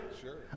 Sure